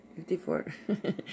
54